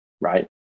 right